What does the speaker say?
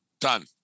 Done